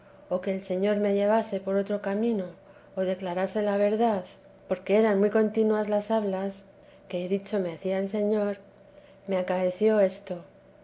o que el señor me llevase por otro camino o declaras la verdad porque eran muy continas las hablas que he dicho me hacía el señor me acaeció esto